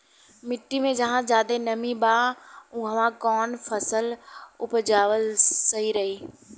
मिट्टी मे जहा जादे नमी बा उहवा कौन फसल उपजावल सही रही?